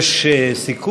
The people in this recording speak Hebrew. יש סיכוי.